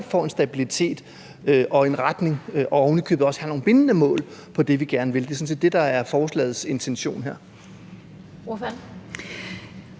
får en stabilitet og en retning og ovenikøbet også får nogle bindende mål for det, vi gerne vil. Det er sådan set det, der er forslagets intention her.